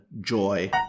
Joy